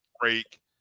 break